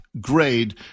grade